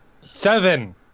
Seven